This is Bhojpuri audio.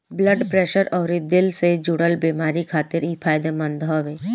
ब्लड प्रेशर अउरी दिल से जुड़ल बेमारी खातिर इ फायदेमंद हवे